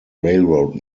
railroad